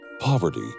Poverty